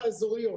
הקורונה.